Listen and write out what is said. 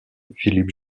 philippe